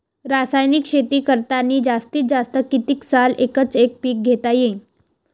रासायनिक शेती करतांनी जास्तीत जास्त कितीक साल एकच एक पीक घेता येईन?